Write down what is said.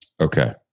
Okay